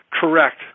correct